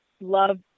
love